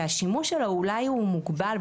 ושהשימוש שלו הוא מוגבל,